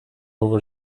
over